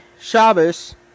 Shabbos